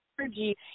energy